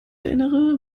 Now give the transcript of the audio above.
erinnere